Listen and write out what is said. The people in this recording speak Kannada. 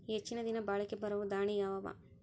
ಹೆಚ್ಚ ದಿನಾ ಬಾಳಿಕೆ ಬರಾವ ದಾಣಿಯಾವ ಅವಾ?